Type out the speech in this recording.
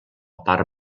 part